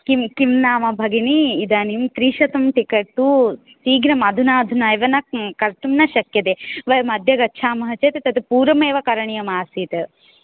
किम् किम् नाम भगिनी इदानीं त्रिशतं टिकेट् तु शीघ्रमधुना अधुना एव न कर्तुं न शक्यते वयम् अद्य गच्छामः चेत् तत् पूर्वमेव करणीयम् आसीत्